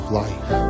life